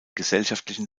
gesellschaftlichen